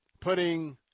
putting